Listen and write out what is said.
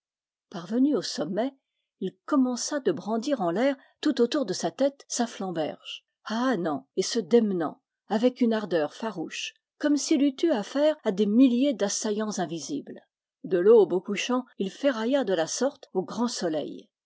parvenu au sommet il commença de brandir en l'air tout autour de sa tête sa flamberge ahannant et se démenant avec une ardeur farouche comme s'il eût eu affaire à des milliers d'assaillants invisibles de l'aube a couchant il ferrailla de la sorte au grand soleil